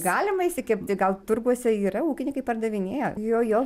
galima išsikepti gal turguose yra ūkininkai pardavinėja jo jo